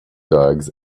dogs